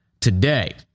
today